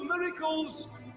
miracles